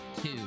two